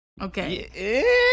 Okay